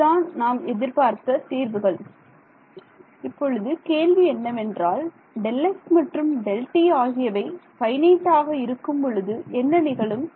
இதுதான் நான் எதிர்பார்த்த தீர்வுகள்' இப்பொழுது கேள்வி என்னவென்றால் Δx மற்றும் Δt ஆகியவை ஃபைனைட்டாக இருக்கும் பொழுது என்ன நிகழும்